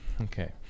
Okay